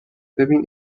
ببین